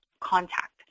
contact